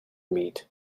meat